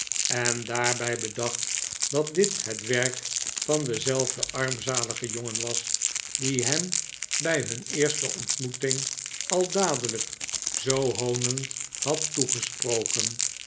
en daarbij bedacht dat dit het werk van denzelfden armzaligen jongen was die hem bij hun eerste ontmoeting al dadelijk zoo hoonend had toegesproken